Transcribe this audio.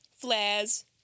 flares